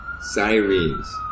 sirens